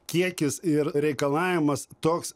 kiekis ir reikalavimas toks